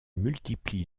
multiplie